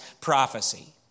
prophecy